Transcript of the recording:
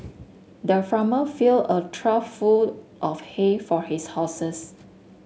the farmer filled a trough full of hay for his horses